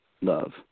love